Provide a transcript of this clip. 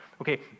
Okay